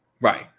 Right